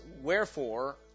Wherefore